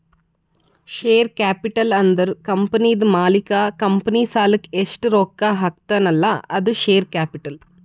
share capital ಅಂದುರ್ ಕಂಪನಿದು ಮಾಲೀಕ್ ಕಂಪನಿ ಸಲಾಕ್ ಎಸ್ಟ್ ರೊಕ್ಕಾ ಹಾಕ್ತಾನ್ ಅಲ್ಲಾ ಅದು ಶೇರ್ ಕ್ಯಾಪಿಟಲ್